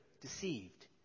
deceived